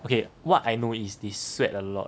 okay what I know is they sweat a lot